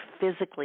physically